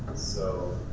so